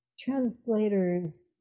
translator's